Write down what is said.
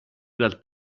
dal